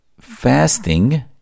fasting